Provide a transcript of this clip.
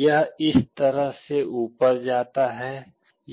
यह इस तरह से ऊपर जाता है